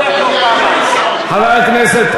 חבר הכנסת,